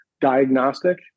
diagnostic